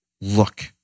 look